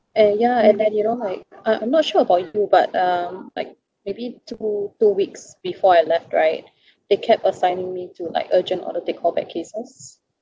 and ya and then you know like uh I'm not sure about you but um like maybe two two weeks before I left right they kept assigning me to like urgent order the callback cases